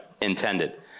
intended